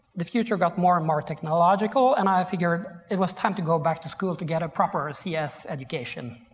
the future got more and more technological and i figured it was time to go back to school to get a proper cs education,